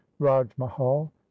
rajmahal